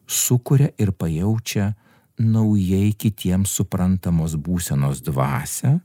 sukuria ir pajaučia naujai kitiems suprantamos būsenos dvasią